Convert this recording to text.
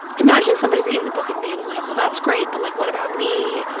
imagining somebody reading the book and being like, well, that's great, but, like, what about me?